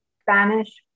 Spanish